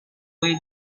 with